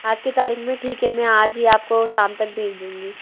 आज की तारीख़ में ठीक है मैं आज ही आपको शाम तक भेज दूँगी